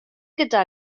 gyda